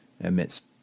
amidst